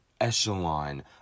echelon